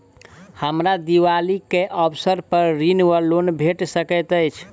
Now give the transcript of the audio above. हमरा दिपावली केँ अवसर पर ऋण वा लोन भेट सकैत अछि?